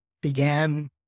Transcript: Began